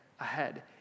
ahead